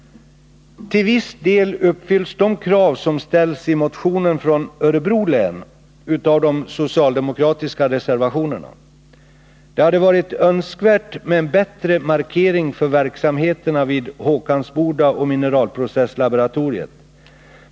Till viss del uppfylls de krav som ställs i motionen från Örebro av de socialdemokratiska reservationerna. Det hade varit önskvärt med en bättre markering för verksamheterna vid Håkansboda och Mineralprocesslaboratoriet.